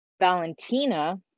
Valentina